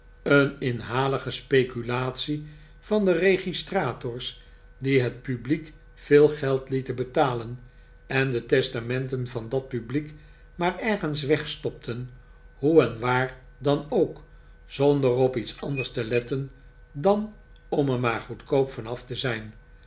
een inhalige speculatie van de registrators die het publiek veel geld lieten betalen en de testamenten van dat publiek maar ergens wegstopten hoe en waar dan ook zonder op iets anders te letten dan om er maar goedkoop van af te zijn